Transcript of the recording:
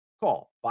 Call